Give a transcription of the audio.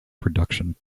production